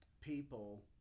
people